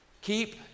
Keep